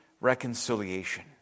reconciliation